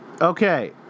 Okay